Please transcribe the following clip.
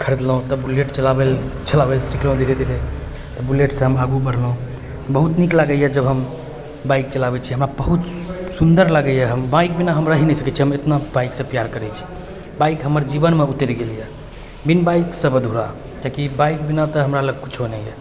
खरीदलहुँ तऽ बुलेट चलाबै चलाबै सिखलहुँ धीरे धीरे बुलेटसँ हम आगू बढ़लहुँ बहुत नीक लागैए जब हम बाइक चलाबै छिए हमरा बहुत सुन्दर लागैए हम बाइक बिना हम रहि नै सकै छी हम एतना बाइकसँ प्यार करै छी बाइक हमर जीवनमे उतरि गेल हइ बिन बाइक सब अधूरा कियाकि तऽ बाइक बिना तऽ हमरा लग किछु नहि अइ